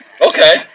Okay